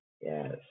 Yes